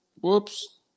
whoops